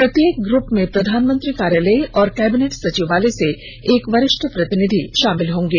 प्रत्येक ग्रूप में प्रधानमंत्री कार्यालय और कैबिनेट सचिवालय से एक वरिष्ठ प्रतिनिधि शामिल होंगे